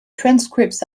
transcripts